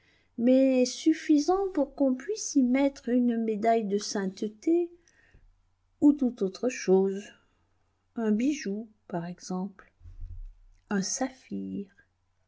mais suffisant pour qu'on puisse y mettre une médaille de sainteté ou tout autre chose un bijou par exemple un saphir